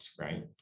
right